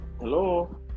hello